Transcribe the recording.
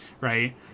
right